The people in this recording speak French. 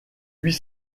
huit